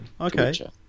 Okay